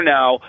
now